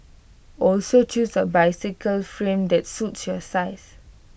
also choose A bicycle frame that suits your size